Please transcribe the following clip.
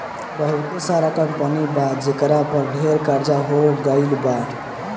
बहुते सारा कंपनी बा जेकरा पर ढेर कर्ज हो गइल बा